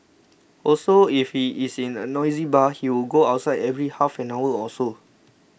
also if he is in a noisy bar he would go outside every half an hour or so